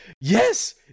Yes